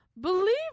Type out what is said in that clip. believe